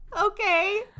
okay